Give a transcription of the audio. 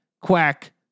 quack